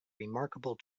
remarkable